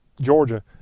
Georgia